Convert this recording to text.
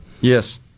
Yes